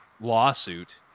lawsuit